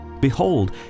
Behold